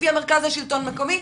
לפי המרכז לשלטון מקומי,